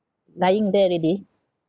lying there already